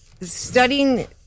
studying